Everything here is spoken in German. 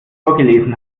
vorgelesen